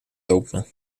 open